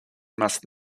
must